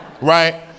right